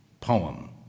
poem